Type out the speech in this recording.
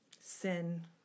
Sin